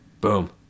boom